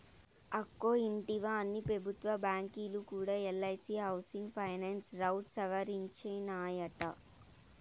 అక్కో ఇంటివా, అన్ని పెబుత్వ బాంకీలు కూడా ఎల్ఐసీ హౌసింగ్ ఫైనాన్స్ రౌట్ సవరించినాయట